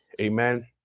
Amen